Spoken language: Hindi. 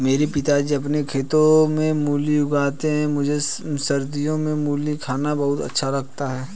मेरे पिताजी अपने खेतों में मूली उगाते हैं मुझे सर्दियों में मूली खाना बहुत अच्छा लगता है